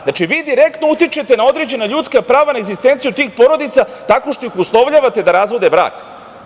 Znači, vi direktno utičete na određena ljudska prava, na egzistenciju tih porodica tako što ih uslovljavate da razvode brak.